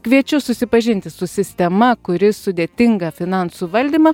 kviečiu susipažinti su sistema kuri sudėtingą finansų valdymą